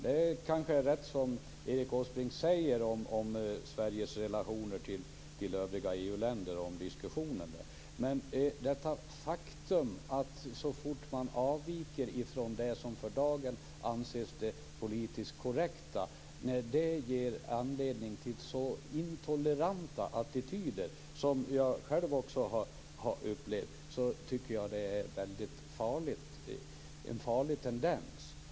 Fru talman! Det som Erik Åsbrink säger om Sveriges relationer till övriga EU-länder och diskussionen där är kanske riktigt. Men det faktum att det så fort man avviker från det som för dagen anses vara det politiskt korrekta ger anledning till så intoleranta attityder, som jag själv också har upplevt, tycker jag är en farlig tendens.